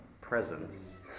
presence